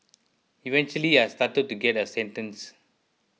eventually I started to get a sentence